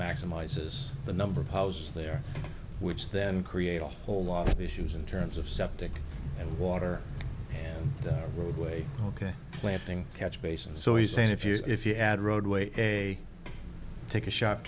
maximizes the number of houses there which then creates a whole lot of issues in terms of septic and water and roadway ok planting catch basin so he's saying if you if you add roadway a take a sho